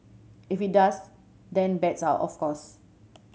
if it does then bets are of course